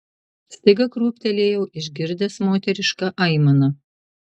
staiga krūptelėjau išgirdęs moterišką aimaną